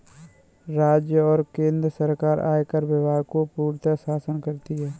राज्य और केन्द्र सरकार आयकर विभाग में पूर्णतयः शासन करती हैं